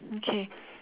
okay